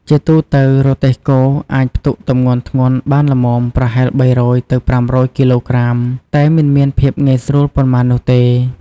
ជាទូទៅ រទេះគោអាចផ្ទុកទម្ងន់ធ្ងន់បានល្មម ប្រហែល ៣០០ ទៅ ៥០០ គីឡូក្រាម តែមិនមានភាពងាយស្រួលប៉ុន្មាននោះទេ ។